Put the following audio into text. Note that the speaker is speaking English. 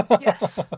Yes